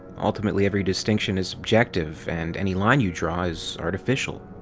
ultimately, every distinction is subjective, and any line you draw is artificial.